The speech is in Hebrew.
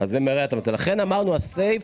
לכן אמרנו הסייף